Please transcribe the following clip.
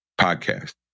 podcast